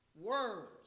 words